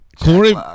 Corey